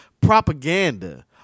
propaganda